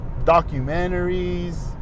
Documentaries